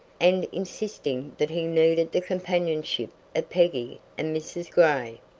and insisting that he needed the companionship of peggy and mrs. gray.